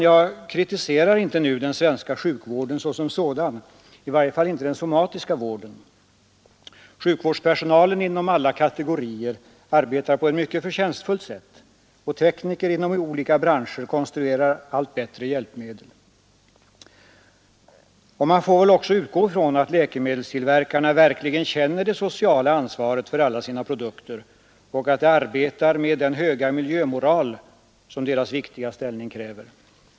Jag kritiserar nu inte den svenska sjukvården som sådan, i varje fall inte den somatiska vården. Sjukvårdspersonalen inom alla kategorier arbetar på ett mycket förtjänstfullt sätt och tekniker inom olika branscher konstruerar allt bättre hjälpmedel. Man får väl också utgå ifrån att läkemedelstillverkarna verkligen känner det sociala ansvaret för alla sina produkter och att de arbetar med den höga miljömoral som deras viktiga ställning kräver.